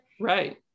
Right